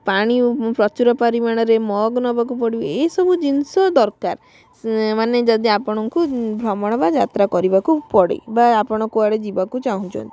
ପାଣି ପ୍ରଚୁର ପରିମାଣ ରେ ମଗ୍ ନେବାକୁ ପଡ଼ିବ ଏଇ ସବୁ ଜିନିଷ ଦରକାର ସେ ମାନେ ଯଦି ଆପଣଙ୍କୁ ଭ୍ରମଣ ବା ଯାତ୍ରା କରିବାକୁ ପଡ଼େ ବା ଆପଣ କୁଆଡ଼େ ଯିବାକୁ ଚାହୁଁଛନ୍ତି